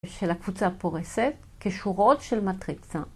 של הקבוצה הפורסת כשורות של מטריצה.